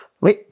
Oui